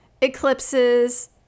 eclipses